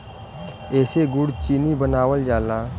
एसे गुड़ चीनी बनावल जाला